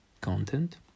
content